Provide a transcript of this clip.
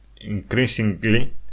increasingly